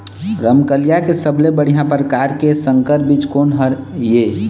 रमकलिया के सबले बढ़िया परकार के संकर बीज कोन हर ये?